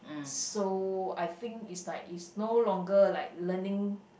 so I think it's like it's no longer like learning